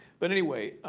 but anyway,